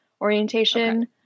orientation